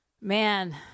Man